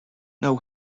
know